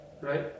right